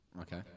Okay